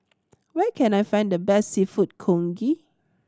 where can I find the best Seafood Congee